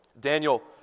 Daniel